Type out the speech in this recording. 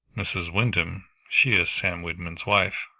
mrs. wyndham she is sam wyndham's wife.